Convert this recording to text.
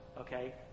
okay